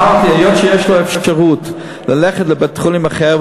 היות שיש לו אפשרות ללכת לבית-חולים אחר,